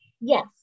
Yes